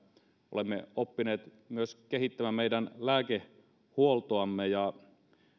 olemme oppineet kehittämään myös meidän lääkehuoltoamme